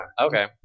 okay